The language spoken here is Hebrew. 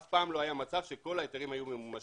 ואף פעם לא היה מצב שכל ההיתרים היו ממומשים.